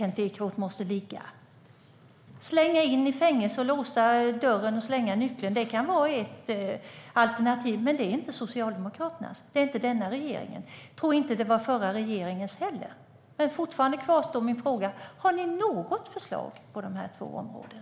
Att slänga in i fängelse, låsa dörren och slänga nyckeln kan vara ett alternativ. Men det är inte Socialdemokraternas eller regeringens alternativ. Jag tror inte att det var den förra regeringens heller. Min fråga kvarstår. Har ni något förslag på dessa två områden?